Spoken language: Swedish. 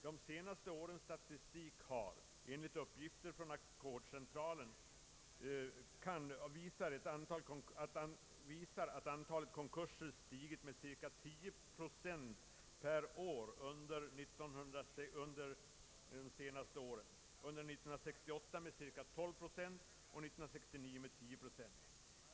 De senaste årens statistik visar, enligt uppgifter från Ackordscentralen, att antalet konkurser ökat med cirka 10 procent per år under de senaste åren — under 1968 med cirka 12 procent och under 1969 med 10 procent.